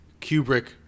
Kubrick